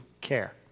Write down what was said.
care